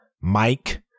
Mike